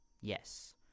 Yes